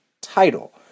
title